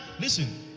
listen